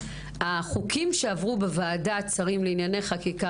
החוקים שעברו בוועדת שרים לענייני חקיקה